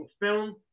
film